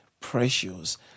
precious